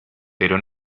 pero